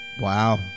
Wow